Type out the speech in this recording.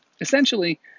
essentially